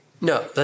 no